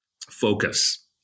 focus